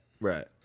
right